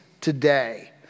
today